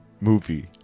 Movie